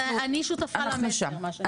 אנחנו שם,